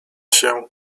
się